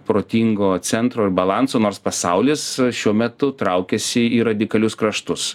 protingo centro ir balanso nors pasaulis šiuo metu traukiasi į radikalius kraštus